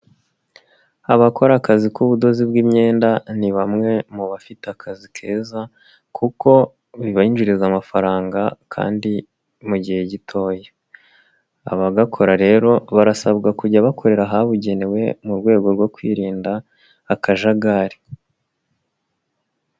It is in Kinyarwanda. Abakora akazi k'ubudozi bw'imyenda, ni bamwe mu bafite akazi keza kuko bibanjiriza amafaranga kandi mu gihe gitoya. Abagakora rero, barasabwa kujya bakorera ahabugenewe mu rwego rwo kwirinda akajagari.